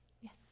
Yes